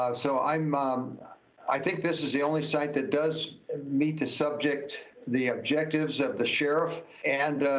ah so i'm um i think this is the only site that does meet the subject, the objectives of the sheriff and,